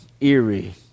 eerie